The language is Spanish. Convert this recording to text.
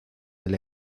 del